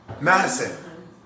Madison